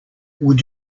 would